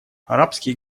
арабские